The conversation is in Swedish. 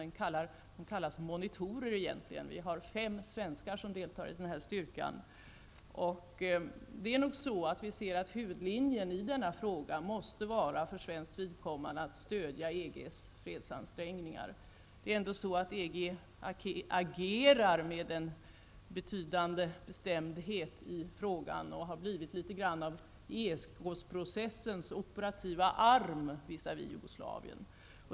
De kallas egentligen monitorer. Vi har fem svenskar som deltar i styrkan. Vi anser att huvudlinjen i denna fråga för svenskt vidkommande måste vara att stödja EGs fredsansträngningar. EG agerar ändå med en betydande bestämdhet i frågan och har blivit litet grand av ESK-processens operativa arm visavi Jugoslavien.